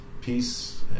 Peace